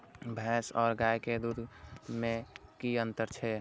भैस और गाय के दूध में कि अंतर छै?